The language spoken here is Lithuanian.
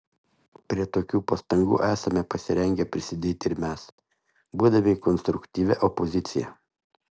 prie tokių pastangų esame pasirengę prisidėti ir mes būdami konstruktyvia opozicija